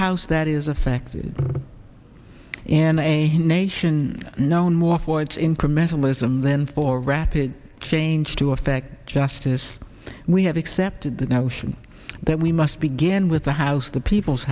house that is affected and a nation known more for its incremental ism then for rapid change to effect justice we have accepted the notion that we must begin with the house the people's